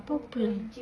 problem